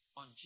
on